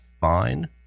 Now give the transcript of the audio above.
Fine